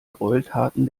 greueltaten